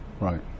Right